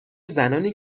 زنانی